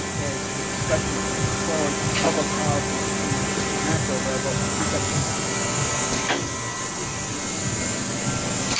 as the discussion is moving forward, public policy is changing at the macro level. we've got to change it at the micro level, and i think that's what we're trying to do through our education piece.